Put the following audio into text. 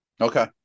Okay